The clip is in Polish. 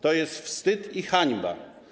To jest wstyd i hańba.